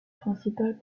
principal